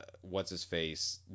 what's-his-face